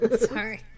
sorry